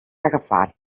agafat